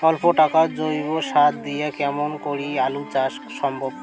অল্প টাকার জৈব সার দিয়া কেমন করি আলু চাষ সম্ভব?